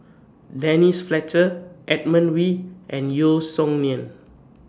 Denise Fletcher Edmund Wee and Yeo Song Nian